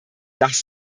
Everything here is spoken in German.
das